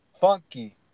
Funky